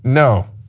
no,